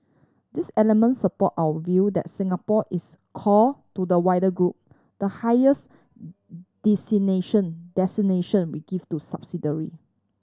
these elements support our view that Singapore is core to the wider group the highest designation we give to subsidiary